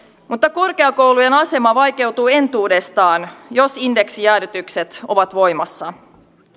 mutta korkeakoulujen asema vaikeutuu entuudestaan jos indeksijäädytykset ovat voimassa